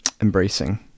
embracing